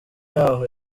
yaho